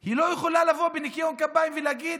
היא לא יכולה לבוא בניקיון כפיים ולהגיד: